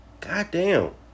Goddamn